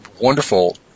wonderful